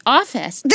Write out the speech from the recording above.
office